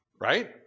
right